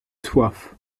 soif